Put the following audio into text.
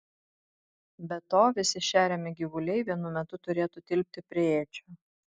be to visi šeriami gyvuliai vienu metu turėtų tilpti prie ėdžių